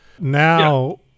Now